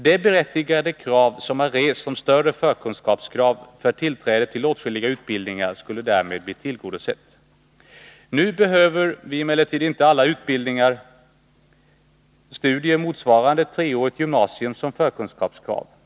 Det berättigade krav som har rests om större förkunskapskrav för tillträde till åtskilliga utbildningar skulle därmed tillgodoses. Nu behöver emellertid inte alla utbildningar ha studier motsvarande treårigt gymnasium som förkunskapskrav.